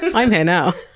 i'm here now.